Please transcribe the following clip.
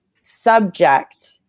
subject